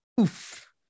oof